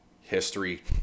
history